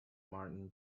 martin